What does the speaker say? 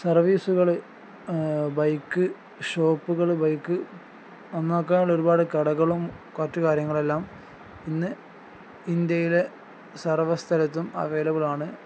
സർവീസുകൾ ബൈക്ക് ഷോപ്പുകൾ ബൈക്ക് നന്നാക്കാനുള്ള ഒരുപാട് കടകളും കുറച്ച് കാര്യങ്ങളെല്ലാം ഇന്ന് ഇന്ത്യയിലെ സർവസ്ഥലത്തും അവൈലബിളാണ്